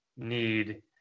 need